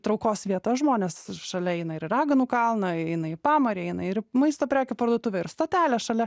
traukos vieta žmonės šalia eina ir į raganų kalną eina į pamarį eina ir maisto prekių parduotuvę ir stotelę šalia